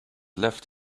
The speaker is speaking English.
left